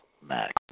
Max